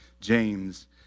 James